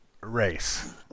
race